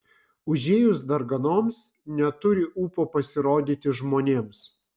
užėjus darganoms neturi ūpo pasirodyti žmonėms